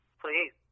Please